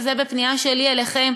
וזאת הפנייה שלי אליכם,